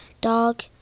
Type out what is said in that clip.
dog